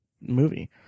movie